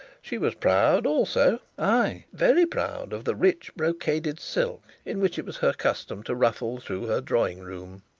she was proud also, ay, very proud, of the rich brocaded silk in which it was her custom to ruffle through her drawing-room.